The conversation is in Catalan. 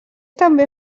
també